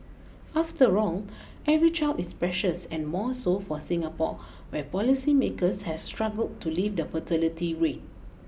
after all every child is precious and more so for Singapore where policymakers has struggled to lift the fertility rate